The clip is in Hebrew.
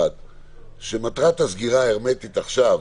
מטרת הסגירה ההרמטית עכשיו,